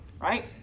right